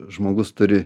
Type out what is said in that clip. žmogus turi